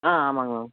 ஆ ஆமாங்க மேம்